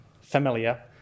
familiar